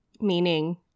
Meaning